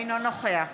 אינו נוכח